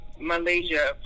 Malaysia